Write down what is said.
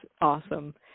awesome